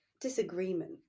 disagreement